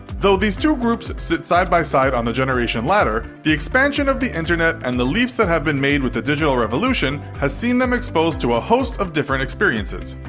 though these two groups sit side by side on the generation ladder, the expansion of the internet and the leaps that have been made with the digital revolution has seen them exposed to a host of different experiences.